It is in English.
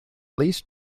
least